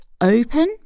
open